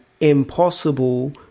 impossible